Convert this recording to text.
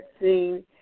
seen